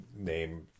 name